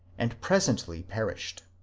and presently perished.